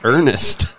Ernest